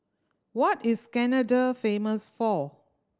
what is Canada famous for